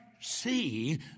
see